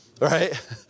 Right